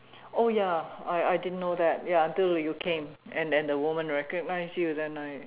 oh ya I I didn't know that ya until you came and the the woman recognized you then I